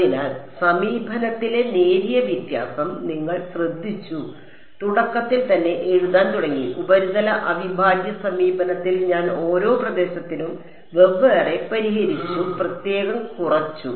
അതിനാൽ സമീപനത്തിലെ നേരിയ വ്യത്യാസം നിങ്ങൾ ശ്രദ്ധിച്ചു തുടക്കത്തിൽ തന്നെ എഴുതാൻ തുടങ്ങി ഉപരിതല അവിഭാജ്യ സമീപനത്തിൽ ഞാൻ ഓരോ പ്രദേശത്തിനും വെവ്വേറെ പരിഹരിച്ച് പ്രത്യേകം കുറച്ചു